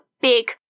big